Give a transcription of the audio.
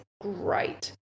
great